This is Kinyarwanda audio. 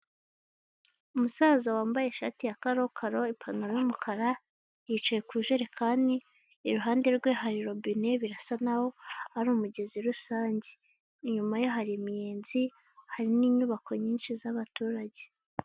Umusaza wambaye ishati ya karokaro, ipantaro y'umukara, yicaye ku jerekani, iruhande rwe hari robine birasa n'aho ari umugezi rusange. Inyuma ye hari imiyenzi, hari n'inyubako nyinshi z'abaturage.